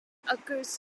occurs